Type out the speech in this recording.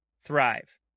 thrive